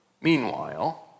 Meanwhile